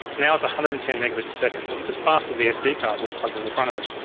now it's one hundred and ten megabits a second, so it's as fast as the sd cards that are plugged in the front of it.